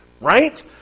right